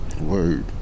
Word